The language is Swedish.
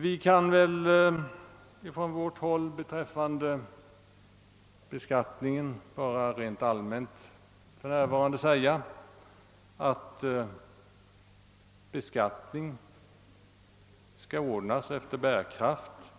Vi kan från vårt håll beträffande beskattningen för närvarande bara rent allmänt säga att den skall fördelas efter bärkraft